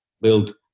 build